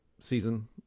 season